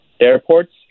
airports